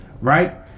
right